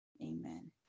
amen